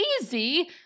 easy